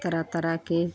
तरह तरह के